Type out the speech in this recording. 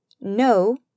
no